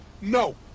no